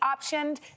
optioned